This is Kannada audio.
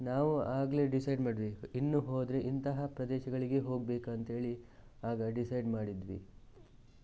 ನಾವು ಆಗಲೇ ಡಿಸೈಡ್ ಮಾಡಿದ್ವಿ ಇನ್ನು ಹೋದರೆ ಇಂತಹ ಪ್ರದೇಶಗಳಿಗೇ ಹೋಗಬೇಕು ಅಂತ ಹೇಳಿ ಆಗ ಡಿಸೈಡ್ ಮಾಡಿದ್ವಿ